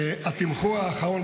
התמחור האחרון,